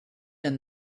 and